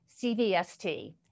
CVST